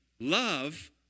love